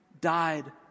died